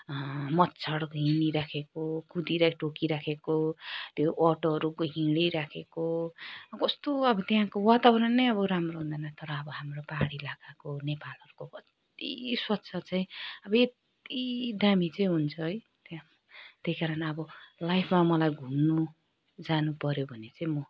मच्छर हिँडिरहेको कुदी टोकिरहेको त्यो अटोहरू हिँडिरहेको कस्तो अब त्यहाँको वातावरण नै अब राम्रो हुँदैन तर अब हाम्रो पाहाडी इलाकाको नेपालहरूको कत्ति स्वच्छ चाहिँ अब यत्ति दामी चाहिँ हुन्छ है त्यहाँ त्यही कारण अब लाइफमा मलाई घुम्नु जानुपर्यो भने चाहिँ म